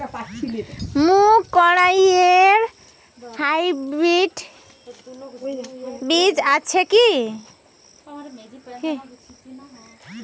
মুগকলাই এর হাইব্রিড বীজ আছে কি?